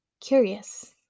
curious